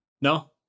No